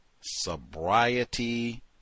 sobriety